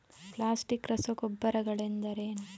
Plastic ರಸಗೊಬ್ಬರಗಳೆಂದರೇನು?